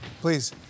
Please